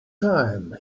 time